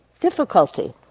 difficulty